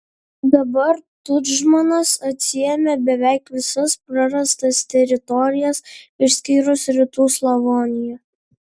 dabar tudžmanas atsiėmė beveik visas prarastas teritorijas išskyrus rytų slavoniją